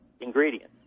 ingredients